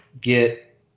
get